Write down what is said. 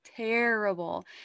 terrible